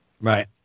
Right